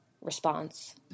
response